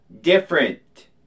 different